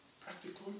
practical